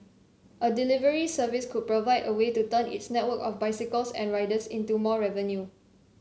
a delivery service could provide a way to turn its network of bicycles and riders into more revenue